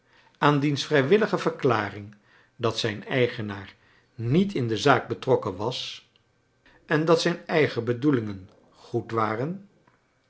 aan diens vrijwiliige verklaring dat zijn eigenaar niet in de zaak betrokken was en dat zijn eigen bedoelingen goed waxen